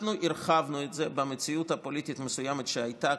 אנחנו הרחבנו את זה במציאות פוליטית מסוימת שהייתה,